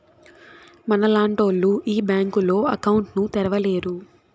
మనలాంటోళ్లు ఈ బ్యాంకులో అకౌంట్ ను తెరవలేరు